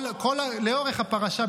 לאורך הפרשה,